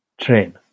train